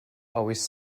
always